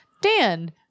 Dan